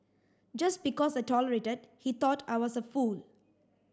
just because I tolerated he thought I was a fool